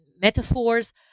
metaphors